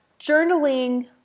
journaling